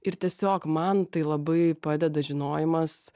ir tiesiog man tai labai padeda žinojimas